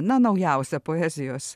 na naujausią poezijos